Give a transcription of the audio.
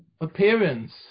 appearance